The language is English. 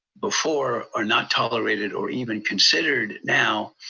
before are not tolerated or even considered now,